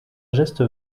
geste